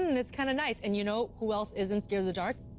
it's kinda nice. and you know who else isn't scared of the dark?